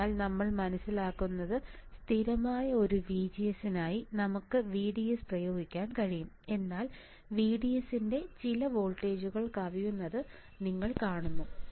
അതിനാൽ നമ്മൾ മനസിലാക്കുന്നത് സ്ഥിരമായ ഒരു VGS നായി നമുക്ക് VDS പ്രയോഗിക്കാൻ കഴിയും എന്നാൽ VDS ന്റെ ചില വോൾട്ടേജുകൾ കവിയുന്നത് നിങ്ങൾ കാണുന്നു